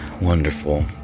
wonderful